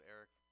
Eric